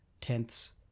tenths